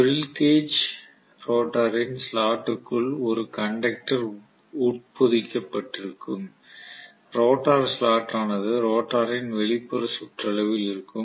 squirrel cage ரோட்டாரின் ஸ்லாட்டுக்குள் ஒரு கண்டக்டர் உட்பொதிக்கப்பட்டிருக்கும் ரோட்டார் ஸ்லாட் ஆனது ரோட்டரின் வெளிப்புற சுற்றளவில் இருக்கும்